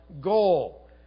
goal